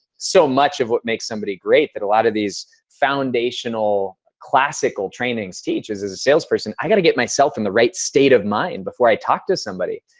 so much of what makes somebody great that a lot of these foundational classical trainings teach as as a salesperson, i got to get myself in the right state of mind before i talk to somebody.